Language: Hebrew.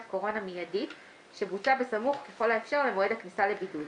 קורונה מיידית שבוצעה בסמוך ככל האפשר למועד הכניסה לבידוד,